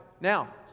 Now